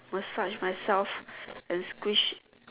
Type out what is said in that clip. massage myself and squish